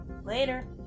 Later